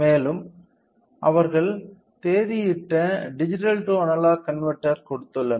மேலும் அவர்கள் தேதியிட்ட டிஜிட்டல் டு அனலாக் கன்வெர்ட்டர் கொடுத்துள்ளனர்